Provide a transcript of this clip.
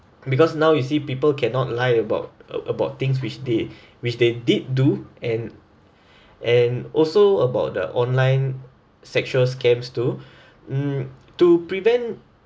because now you see people cannot lied about about things which they which they did do and and also about the online sexual scams too mm to prevent